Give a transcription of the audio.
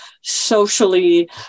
socially